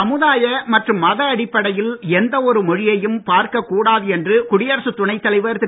சமுதாய மற்றும் மத அடிப்படையில் எந்த ஒரு மொழியையும் பார்க்கக் கூடாது என்று குடியரசுத் துணைத் தலைவர் திரு